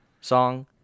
song